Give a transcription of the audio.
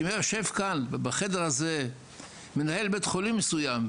שאם היה יושב כאן בחדר הזה מנהל בית חולים מסוים,